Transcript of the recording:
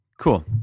Cool